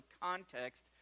context